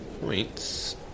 points